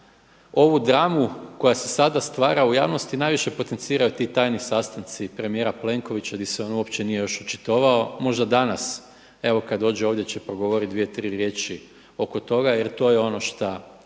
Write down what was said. ovu dramu koja se sada stvara u javnosti najviše potenciraju ti tajni sastanci premijera Plenkovića gdje se on uopće nije još očitovao. Možda danas evo kada dođe ovdje će progovoriti 2, 3 riječi oko toga jer to je ono šta